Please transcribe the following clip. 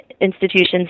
institutions